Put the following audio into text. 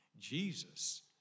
Jesus